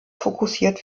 fokussiert